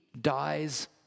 dies